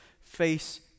face